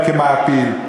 או כמעפיל.